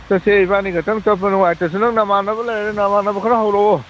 ꯆꯠꯁꯦ ꯏꯕꯥꯟꯅꯤꯈꯛꯇꯪ ꯆꯠꯄ ꯅꯨꯡꯉꯥꯏꯇ꯭ꯔꯁꯨ ꯅꯪ ꯅꯃꯥꯟꯅꯕ ꯂꯩꯔꯗꯤ ꯅꯃꯥꯟꯅꯕ ꯈꯔ ꯍꯧꯔꯛꯑꯣ